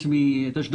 אסותא זה פרטי בכלל.